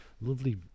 lovely